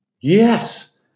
Yes